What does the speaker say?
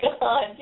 God